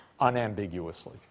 unambiguously